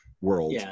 world